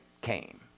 came